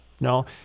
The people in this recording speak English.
No